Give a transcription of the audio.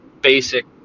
basic